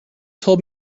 told